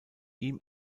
ihm